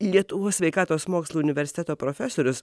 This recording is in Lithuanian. lietuvos sveikatos mokslų universiteto profesorius